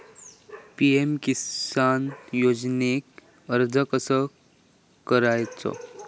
PM Kisan योजनेक अर्ज कसो करायचो?